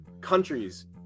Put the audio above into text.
countries